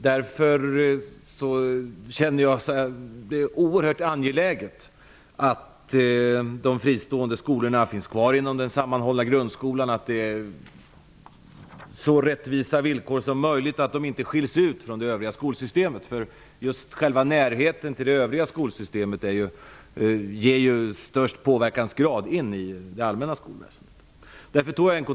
Därför känner jag att det är oerhört angeläget att de fristående skolorna finns kvar inom den sammanhållna grundskolan, att det finns så rättvisa villkor som möjligt och att de inte skiljs ut från det övriga skolsystemet. Just närheten till det övriga skolsystemet ger störst påverkansgrad på det allmänna skolväsendet.